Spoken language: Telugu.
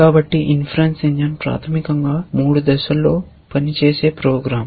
కాబట్టి ఇన్ఫరన్స ఇంజిన్ ప్రాథమికంగా మూడు దశల్లో పనిచేసే ప్రోగ్రామ్